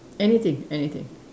anything anything